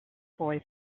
boy